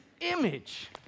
image